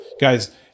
guys